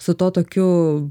su to tokiu